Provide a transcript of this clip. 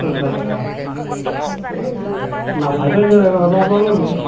आस्सासा है लांफैनानो जाबाय र' माब्लाबा